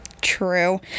True